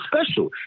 special